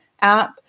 app